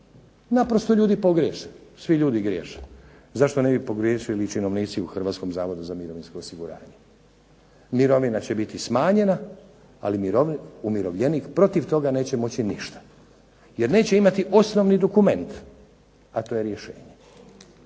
Naprosto ljudi pogriješe. Svi ljudi griješe. Zašto ne bi pogriješili činovnici u Hrvatskom zavodu za mirovinsko osiguranje. Mirovina će biti smanjena ali umirovljenik protiv toga neće moći ništa, jer neće imati osnovni dokument a to je rješenje.